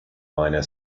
minor